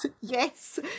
Yes